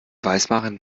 weismachen